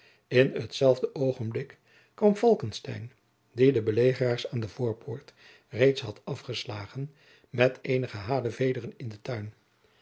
in hetzelfde oogenblik kwam falckestein die de belegeraars aan de voorpoort reeds had afgeslagen met eenige hanevederen in den tuin